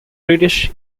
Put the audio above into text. british